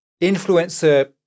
influencer